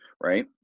right